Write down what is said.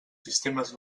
sistemes